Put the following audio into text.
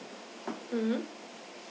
mmhmm